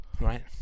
right